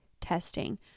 testing